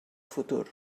futur